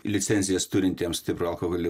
licenzijas turintiems stiprų alkoholį